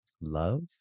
love